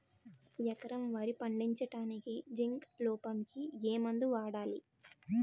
ఎకరం వరి పండించటానికి జింక్ లోపంకి ఏ మందు వాడాలి?